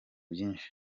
byinshi